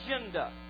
agenda